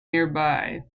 nearby